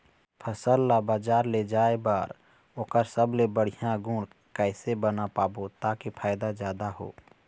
फसल ला बजार ले जाए बार ओकर सबले बढ़िया गुण कैसे बना पाबो ताकि फायदा जादा हो?